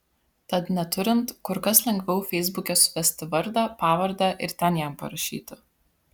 tad neturint kur kas lengviau feisbuke suvesti vardą pavardę ir ten jam parašyti